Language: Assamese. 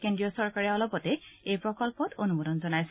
কেন্দ্ৰীয় চৰকাৰে অলপতে এই প্ৰকল্পত অনুমোদন জনাইছিল